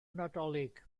nadolig